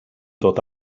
dod